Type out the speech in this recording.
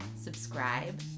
Subscribe